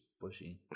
bushy